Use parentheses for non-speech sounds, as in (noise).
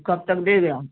कब तक (unintelligible)